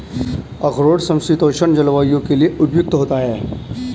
अखरोट समशीतोष्ण जलवायु के लिए उपयुक्त होता है